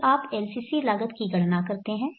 फिर आप LCC लागत की गणना करते हैं